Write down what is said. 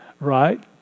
Right